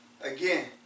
again